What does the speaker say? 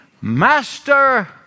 master